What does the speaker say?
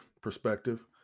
perspective